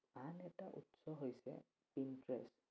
আন এটা উৎস হৈছে ইনট্রেষ্ট